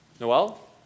Noel